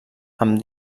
amb